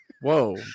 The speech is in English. Whoa